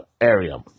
area